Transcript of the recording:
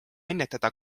ennetada